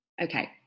okay